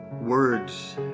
Words